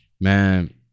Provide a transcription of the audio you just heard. man